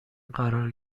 قرار